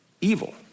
evil